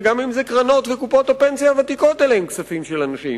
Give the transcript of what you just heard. וגם קרנות וקופות הפנסיה הוותיקות אלה כספים של אנשים.